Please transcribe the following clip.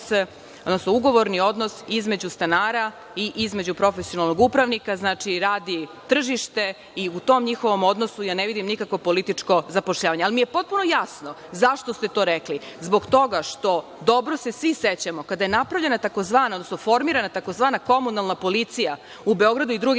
odnosno ugovorni odnos između stanara i između profesionalnog upravnika. Znači, radi tržište i u tom njihovom odnosu ne vidim nikakvo političko zapošljavanje. Ali, potpuno mi je jasno zašto ste to rekli, zbog toga što se dobro svi sećamo da kada je napravljena tj. formirana tzv. komunalna policija u Beogradu i drugim